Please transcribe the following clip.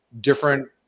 different